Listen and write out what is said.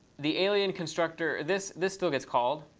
the alien constructor this this still gets called.